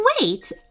Wait